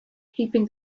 keeping